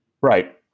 Right